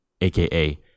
AKA